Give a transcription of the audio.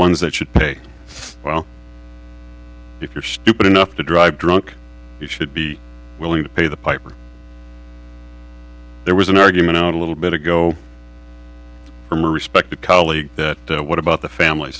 ones that should pay well if you're stupid enough to drive drunk you should be willing to pay the piper there was an argument out a little bit ago from a respected colleague that what about the famil